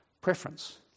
preference